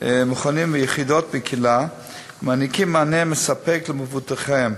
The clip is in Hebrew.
מכונים ויחידות בקהילה והן נותנות מענה מספק למבוטחיהן.